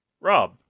Rob